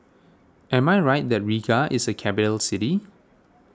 am I right that Riga is a capital city